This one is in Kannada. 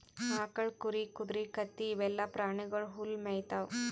ಆಕಳ್, ಕುರಿ, ಕುದರಿ, ಕತ್ತಿ ಇವೆಲ್ಲಾ ಪ್ರಾಣಿಗೊಳ್ ಹುಲ್ಲ್ ಮೇಯ್ತಾವ್